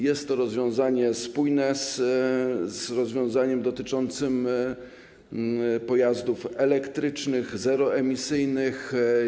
Jest to rozwiązanie spójne z rozwiązaniem dotyczącym pojazdów elektrycznych, zeroemisyjnych.